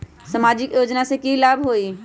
सामाजिक योजना से की की लाभ होई?